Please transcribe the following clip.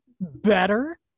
better